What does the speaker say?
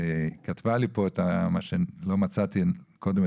כתבה לי פה מה שלא מצאתי קודם,